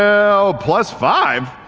oh, plus five?